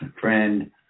friend